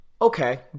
okay